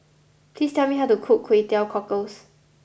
please tell me how to cook Kway Teow Cockles